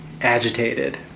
agitated